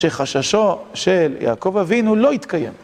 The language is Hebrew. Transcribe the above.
שחששו של יעקב אבינו לא התקיים.